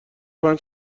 پنج